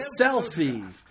selfie